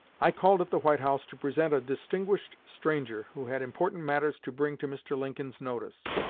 i called at the white house to present a distinguished stranger, who had important matters to bring to mr. lincoln's notice.